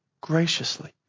graciously